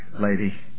lady